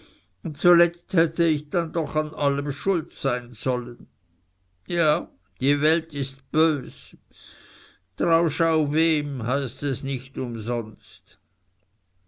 und zuletzt hätte ich denn doch an allem schuld sein sollen ja die welt ist bös trau schau wem heißt es nicht umsonst